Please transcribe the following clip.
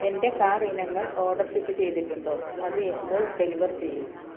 എന്റെ കാർ ഇനങ്ങൾ order ship ചെയ്തിട്ടുണ്ടോ അത് എപ്പോൾ ഡെലിവർ ചെയ്യും